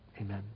Amen